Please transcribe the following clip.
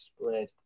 spread